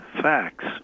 facts